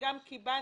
שגם קיבלנו,